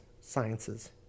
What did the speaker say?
sciences